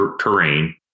Terrain